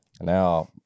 Now